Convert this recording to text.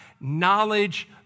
knowledge